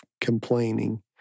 complaining